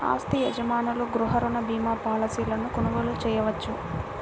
ఆస్తి యజమానులు గృహ రుణ భీమా పాలసీలను కొనుగోలు చేయవచ్చు